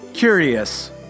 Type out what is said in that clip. Curious